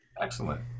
Excellent